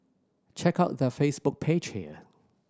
check out their Facebook page here